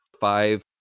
Five